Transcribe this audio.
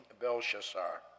Belshazzar